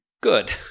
Good